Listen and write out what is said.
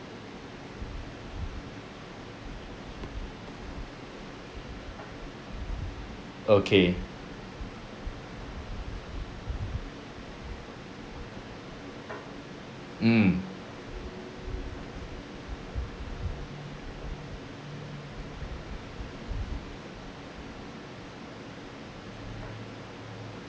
okay mm